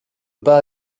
pas